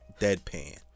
Deadpan